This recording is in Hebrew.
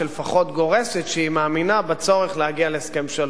שלפחות גורסת שהיא מאמינה בצורך להגיע להסכם שלום.